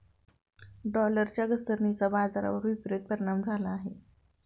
डॉलरच्या घसरणीचा बाजारावर विपरीत परिणाम झाला आहे